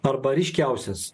arba ryškiausias